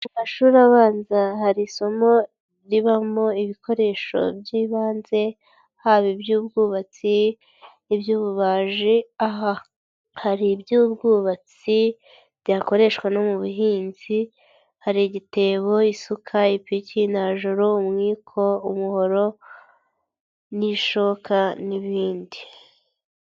Mu mashuri abanza hari isomo ribamo ibikoresho by'ibanze, haba iby'ubwubatsi, iby'ububaji aha hari iby'ubwubatsi byakoreshwa no mu buhinzi hari igitebo, isuka, ipiki, najoro, umwiko, umuhoro n'ishoka n'ibindi.